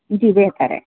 جی بہتر ہے